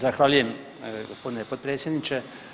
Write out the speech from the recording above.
Zahvaljujem gospodine potpredsjedniče.